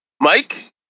Mike